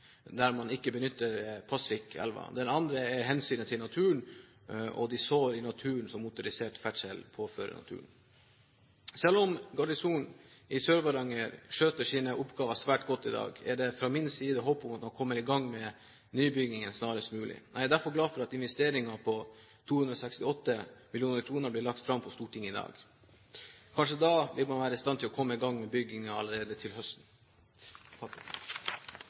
der man ikke benytter Pasvikelva. Den andre er hensynet til naturen, og de sår som motorisert ferdsel påfører naturen. Selv om Garnisonen i Sør-Varanger skjøtter sine oppgaver svært godt i dag, er det fra min side håp om at man kommer i gang med nybyggingen snarest mulig. Jeg er derfor glad for at investeringer på 268 mill. kr blir lagt fram for Stortinget i dag. Kanskje man da vil være i stand til å komme i gang med byggingen allerede til høsten.